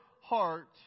heart